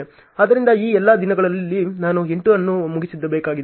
ಆದ್ದರಿಂದ ಈ ಎಲ್ಲಾ ದಿನಗಳಲ್ಲಿ ನಾನು 8 ಅನ್ನು ಮುಗಿಸಬೇಕಾಗಿದೆ